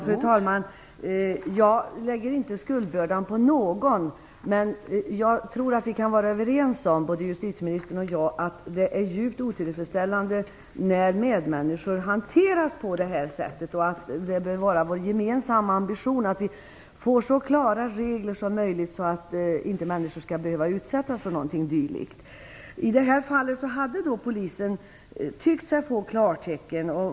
Fru talman! Jag lägger inte skuldbördan på någon, men jag tror att justitieministern och jag kan vara överens om att det är djupt otillfredsställande när medmänniskor hanteras på det här sättet. Det bör vara vår gemensamma ambition att reglerna blir så klara som möjligt, så att människor inte behöver utsättas för någonting dylikt. I det här fallet hade polisen tyckt sig få klartecken.